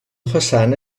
façana